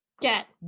Get